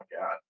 God